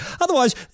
Otherwise